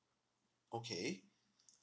okay